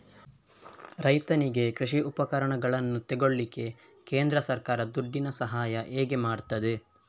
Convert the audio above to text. ರೈತನಿಗೆ ಕೃಷಿ ಉಪಕರಣಗಳನ್ನು ತೆಗೊಳ್ಳಿಕ್ಕೆ ಕೇಂದ್ರ ಸರ್ಕಾರ ದುಡ್ಡಿನ ಸಹಾಯ ಹೇಗೆ ಮಾಡ್ತದೆ?